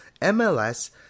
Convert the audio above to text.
MLS